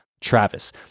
Travis